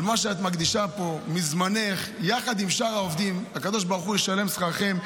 על מה שאת מקדישה פה מזמנך יחד עם שאר העובדים הקב"ה ישלם שכרכם.